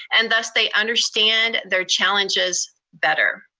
and thus they understand their challenges better.